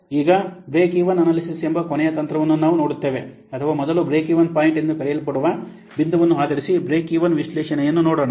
ಈಗ break even analysis ಎಂಬ ಕೊನೆಯ ತಂತ್ರವನ್ನು ನಾವು ನೋಡುತ್ತೇವೆ ಅಥವಾ ಮೊದಲು ಬ್ರೇಕ್ಈವನ್ ಪಾಯಿಂಟ್ ಎಂದು ಕರೆಯಲ್ಪಡುವ ಬಿಂದುವನ್ನು ಆಧರಿಸಿ ಬ್ರೇಕ್ ಈವನ್ ವಿಶ್ಲೇಷಣೆಯನ್ನು ನೋಡೋಣ